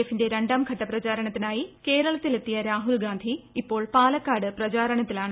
എഫിന്റെ രണ്ടാം ഘട്ട പ്രചാരണത്തിനായി കേരളത്തിലെത്തിയ രാഹുൽഗാന്ധി ഇപ്പോൾ പാലക്കാട് പ്രചാരണത്തിലാണ്